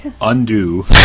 Undo